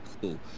cool